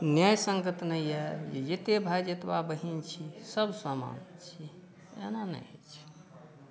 न्यायसङ्गत नहि अहि जे जतेक भाय जतबा बहिन छी सभ समान छी एना नहि होइत छै